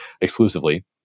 exclusively